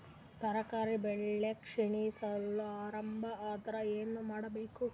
ತರಕಾರಿ ಬೆಳಿ ಕ್ಷೀಣಿಸಲು ಆರಂಭ ಆದ್ರ ಏನ ಮಾಡಬೇಕು?